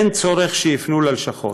אין צורך שיפנו ללשכות.